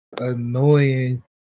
annoying